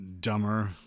dumber